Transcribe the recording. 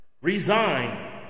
resign